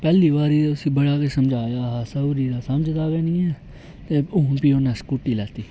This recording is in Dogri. पैह्ली बारी ते उस्सी बड़ा किश समझाया हा सौह्री दा समझदा गै निं ऐ ते हून भी उ'न्नै स्कूटी लैती